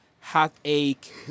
heartache